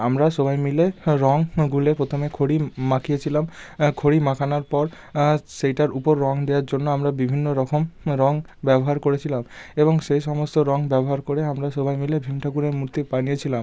আমরা সবাই মিলে হ্যাঁ রঙ গুলে প্রথমে খড়ি মাখিয়েছিলাম খড়ি মাখানোর পর সেইটার উপর রঙ দেওয়ার জন্য আমরা বিভিন্ন রকম রঙ ব্যবহার করেছিলাম এবং সেই সমস্ত রঙ ব্যবহার করে আমরা সবাই মিলে ভীম ঠাকুরের মূর্তি বানিয়েছিলাম